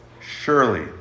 Surely